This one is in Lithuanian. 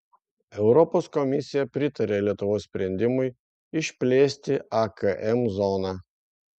europos komisija pritarė lietuvos sprendimui išplėsti akm zoną